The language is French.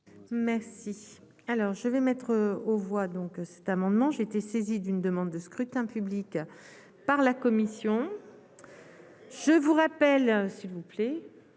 Merci, alors je vais mettre aux voix donc cet amendement j'ai été saisi d'une demande de scrutin public par la commission, je vous rappelle, s'il vous plaît,